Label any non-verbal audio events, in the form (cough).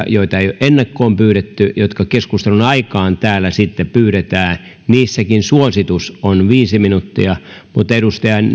(unintelligible) joita ei ole ennakkoon pyydetty jotka keskustelun aikaan täällä sitten pyydetään suositus on viisi minuuttia mutta edustajan (unintelligible)